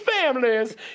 families